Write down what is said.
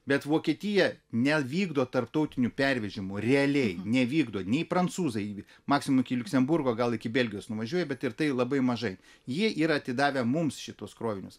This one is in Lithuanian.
bet vokietija nevykdo tarptautinių pervežimų realiai nevykdo nei prancūzai maksimum iki liuksemburbo gal iki belgijos nuvažiuoja bet ir tai labai mažai jie yra atidavę mums šituos krovinius